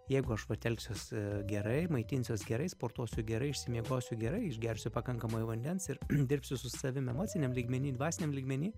jeigu aš vat elgsiuos gerai maitinsiuos gerai sportuosiu gerai išsimiegosiu gerai išgersiu pakankamai vandens ir dirbsiu su savim emociniam lygmeny dvasiniam lygmeny